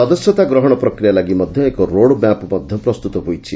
ସଦସ୍ୟତା ଗ୍ରହଣ ପ୍ରକ୍ରିୟା ଲାଗି ମଧ୍ଧ ଏକ ରୋଡ୍ ମ୍ୟାପ୍ ମଧ୍ଧ ପ୍ରସ୍ତୁତ ହୋଇଛି